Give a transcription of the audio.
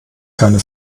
keine